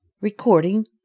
Recording